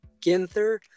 Ginther